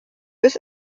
bis